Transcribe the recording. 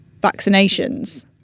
vaccinations